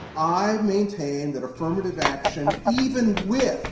i maintain that affirmative action even with